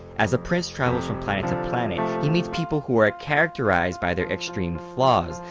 as the prince travels from planet to planet, he meets people who are characterized by their extreme flaws,